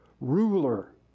ruler